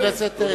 חבר הכנסת לוין,